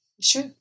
Sure